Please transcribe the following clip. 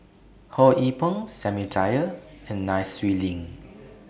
Ho Yee Ping Samuel Dyer and Nai Swee Leng